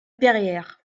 perrière